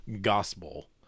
gospel